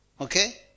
Okay